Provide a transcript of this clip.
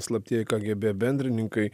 slaptieji kgb bendrininkai